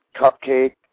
cupcake